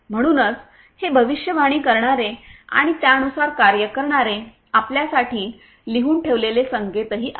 म्हणूनच हे भविष्यवाणी करणारे आणि त्यानुसार कार्य करणारे आपल्यासाठी लिहून ठेवलेले संकेतही आहेत